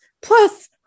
plus